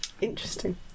interesting